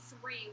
three